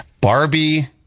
Barbie